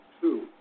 two